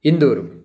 इन्दूरु